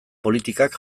politikak